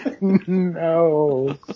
No